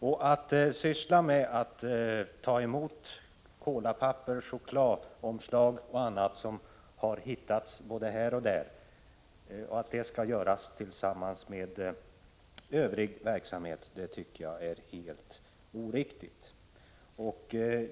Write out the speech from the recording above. Att behöva syssla med att ta emot kolapapper, chokladomslag och annat som hittats både här och där och att göra det samtidigt med övrig verksamhet tycker jag är helt oriktigt.